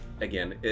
again